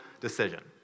decision